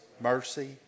mercy